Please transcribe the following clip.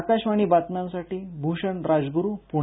आकाशवाणी बातम्यांसाठी भूषण राजगुरु पुणे